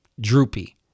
droopy